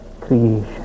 creation